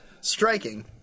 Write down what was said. Striking